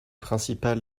principal